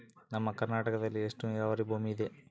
ನಮ್ಮ ಕರ್ನಾಟಕದಲ್ಲಿ ಎಷ್ಟು ನೇರಾವರಿ ಭೂಮಿ ಇದೆ?